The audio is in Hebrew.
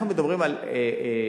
אנחנו מדברים על סוציו-אקונומי.